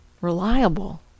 reliable